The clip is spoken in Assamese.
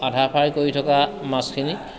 আধা ফ্ৰাই কৰি থকা মাছখিনি